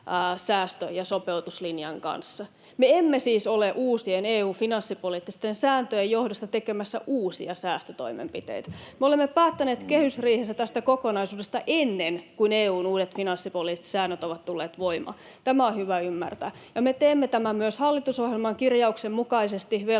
säästö- ja sopeutuslinjan kanssa. Me emme siis ole uusien EU:n finanssipoliittisten sääntöjen johdosta tekemässä uusia säästötoimenpiteitä. Me olemme päättäneet kehysriihessä tästä kokonaisuudesta ennen kuin EU:n uudet finanssipoliittiset säännöt ovat tulleet voimaan. Tämä on hyvä ymmärtää, ja me teemme tämän myös hallitusohjelman kirjauksen mukaisesti velkasuhteen